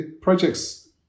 projects